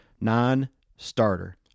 Non-starter